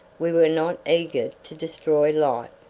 we were not eager to destroy life,